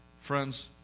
Friends